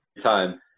time